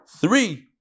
Three